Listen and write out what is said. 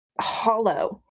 hollow